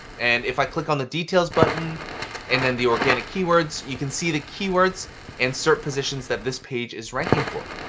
and if i click on the details button and then the organic keywords, you can see the keywords and serp positions that this page is ranking for.